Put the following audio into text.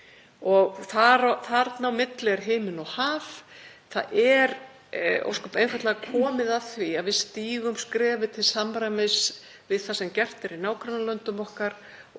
í. Þar á milli er himinn og haf. Það er ósköp einfaldlega komið að því að við stígum skrefið til samræmis við það sem gert er í nágrannalöndum okkar